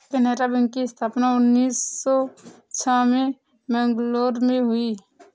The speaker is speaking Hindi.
केनरा बैंक की स्थापना उन्नीस सौ छह में मैंगलोर में हुई